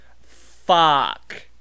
fuck